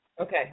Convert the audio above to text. Okay